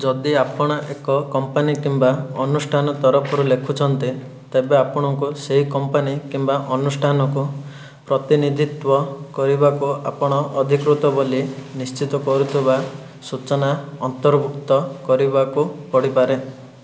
ଯଦି ଆପଣ ଏକ କମ୍ପାନୀ କିମ୍ୱା ଅନୁଷ୍ଠାନ ତରଫରୁ ଲେଖୁଛନ୍ତି ତେବେ ଆପଣଙ୍କୁ ସେହି କମ୍ପାନୀ କିମ୍ୱା ଅନୁଷ୍ଠାନକୁ ପ୍ରତିନିଧିତ୍ୱ କରିବାକୁ ଆପଣ ଅଧିକୃତ ବୋଲି ନିଶ୍ଚିତ କରୁଥିବା ସୂଚନା ଅନ୍ତର୍ଭୁକ୍ତ କରିବାକୁ ପଡିପାରେ